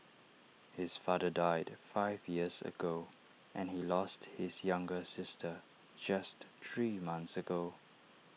his father died five years ago and he lost his younger sister just three months ago